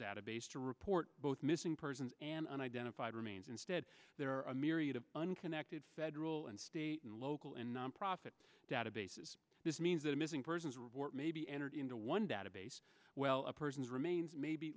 database to report both missing persons and unidentified remains instead there are a myriad of unconnected federal and state and local and nonprofit databases this means that a missing persons report may be entered into one database well a person's remains may be